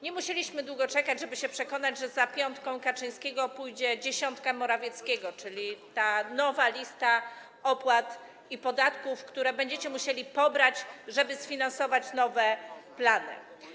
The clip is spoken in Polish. Nie musieliśmy długo czekać, żeby się przekonać, że za piątką Kaczyńskiego pójdzie dziesiątka Morawieckiego, czyli nowa lista opłat i podatków, które będziecie musieli pobrać, żeby sfinansować nowe plany.